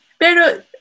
Pero